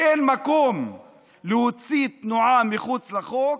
אין מקום להוציא תנועה מחוץ לחוק.